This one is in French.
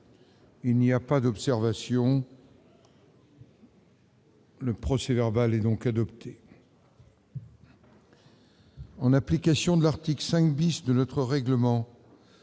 Il n'y a pas d'observation ?... Le procès-verbal est adopté.